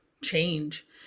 change